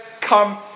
come